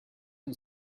and